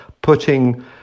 putting